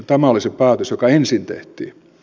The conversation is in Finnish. tämä oli se päätös joka ensin tehtiin